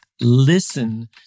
listen